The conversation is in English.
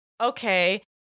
okay